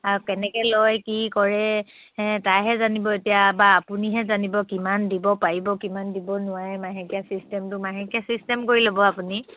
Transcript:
আৰু কেনেকৈ লয় কি কৰে তাইহে জানিব এতিয়া বা আপুনিহে জানিব কিমান দিব পাৰিব কিমান দিব নোৱাৰে মাহেকীয়া চিষ্টেমটো মাহেকীয়া চিষ্টেম কৰি ল'ব আপুনি